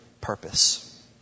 purpose